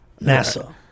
NASA